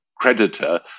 creditor